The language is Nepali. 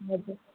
हजुर